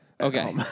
Okay